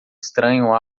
estranho